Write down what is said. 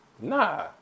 Nah